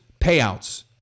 payouts